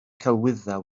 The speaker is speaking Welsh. celwyddau